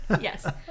Yes